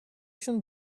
شون